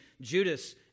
Judas